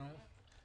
נו?